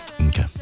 Okay